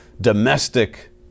domestic